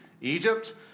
Egypt